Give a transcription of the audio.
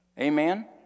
Amen